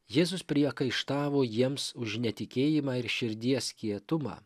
jėzus priekaištavo jiems už netikėjimą ir širdies kietumą